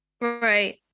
Right